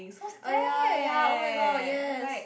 uh ya ya oh my god yes